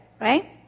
Right